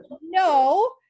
no